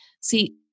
See